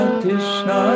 Krishna